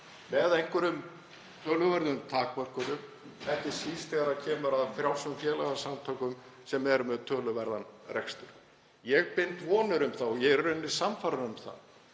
með einhverjum töluverðum takmörkunum, ekki síst þegar kemur að frjálsum félagasamtökum sem eru með töluverðan rekstur. Ég bind vonir við það og ég er raun sannfærður um að